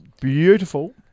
beautiful